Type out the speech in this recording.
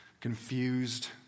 confused